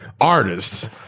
artists